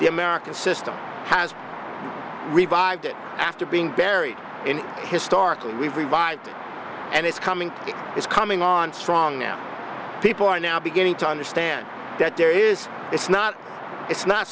the american system has revived it after being buried in historically we've revived and it's coming it's coming on strong now people are now beginning to understand that there is it's not it's not